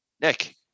Nick